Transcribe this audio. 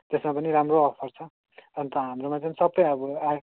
त्यसमा पनि राम्रो अफर छ अन्त हाम्रोमा चाहिँ सबै अब आइ